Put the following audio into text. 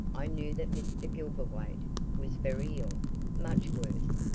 i knew that mr. gilverthwaite was very ill much worse,